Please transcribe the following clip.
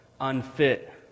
unfit